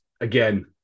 again